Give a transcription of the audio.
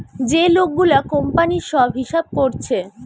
যে লোক গুলা কোম্পানির সব হিসাব কোরছে